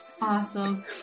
Awesome